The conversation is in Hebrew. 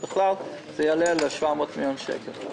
זה יעלה ל-700 מיליון שקל.